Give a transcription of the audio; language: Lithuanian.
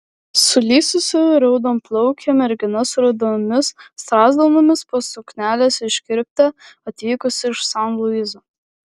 sulysusi raudonplaukė mergina su rudomis strazdanomis po suknelės iškirpte atvykusi iš san luiso